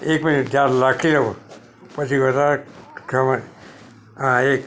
એક મિનિટ ખ્યાલ રાખી લેવો પછી વધારે હા એ